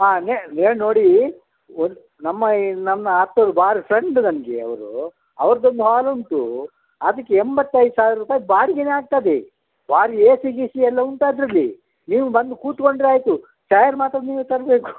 ಹಾಂ ಮೇ ನೋಡಿ ಒಂದು ನಮ್ಮ ಈ ನಮ್ಮ ಆಪ್ತರು ಬಾರ್ ಫ್ರೆಂಡ್ ನನಗೆ ಅವ್ರು ಅವ್ರ್ದೊಂದು ಹಾಲ್ ಉಂಟು ಅದಕ್ಕೆ ಎಂಬತ್ತೈದು ಸಾವಿರ ರೂಪಾಯಿ ಬಾಡಿಗೆನೇ ಆಗ್ತದೆ ಬಾರಿ ಏ ಸಿ ಗೀಸಿ ಎಲ್ಲ ಉಂಟು ಅದರಲ್ಲಿ ನೀವು ಬಂದು ಕೂತ್ಕೊಂಡರೆ ಆಯಿತು ಚ್ಯಾರ್ ಮಾತ್ರ ನೀವೇ ತರಬೇಕು